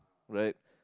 right